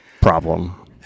problem